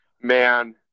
man